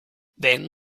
then